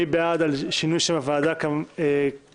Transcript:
מי בעד שינוי שם הוועדה ככתוב?